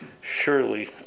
Surely